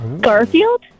Garfield